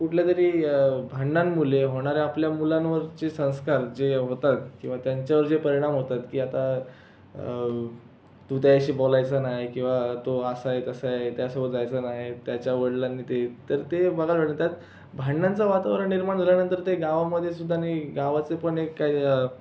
कुठल्यातरी भांडणांमुळे होणाऱ्या आपल्या मुलांवरचे संस्कार जे होतात किंवा त्यांच्यावर जे परिणाम होतात की आता तू त्याच्याशी बोलायचं नाही किंवा तो असा आहे तसाआहे त्यासोबत जायचं नाही त्याच्या वडिलांनी ते तर ते बघायला लागेल त्यात भांडणांचं वातावरण निर्माण झाल्यानंतर ते गावामध्ये सुद्धा नाही गावाचे पण एक काही